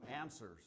answers